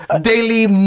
daily